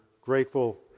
grateful